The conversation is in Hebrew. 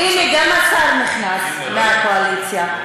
הנה גם השר נכנס, מהקואליציה.